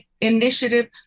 initiative